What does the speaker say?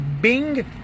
Bing